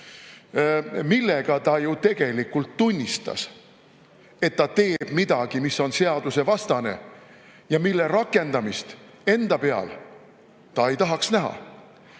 millega ta ju tegelikult tunnistas, et ta teeb midagi, mis on seadusevastane ja mille rakendamist enda peal ta näha ei tahaks.